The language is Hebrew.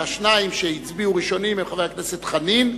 והשניים שהצביעו ראשונים הם חבר הכנסת חנין,